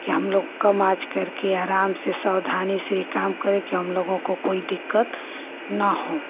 कि हम लोग कम आँच कर के सावधानी से काम करें कि हम लोगों को कोई दिक्कत न हो